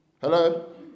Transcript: hello